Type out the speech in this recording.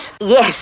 Yes